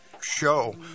show